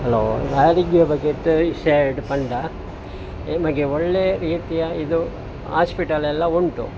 hello ನಮಗೆ ಒಳ್ಳೆಯ ರೀತಿಯ ಇದು ಆಸ್ಪಿಟಲ್ ಎಲ್ಲ ಉಂಟು